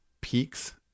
peaks